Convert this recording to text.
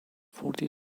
forty